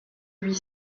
huit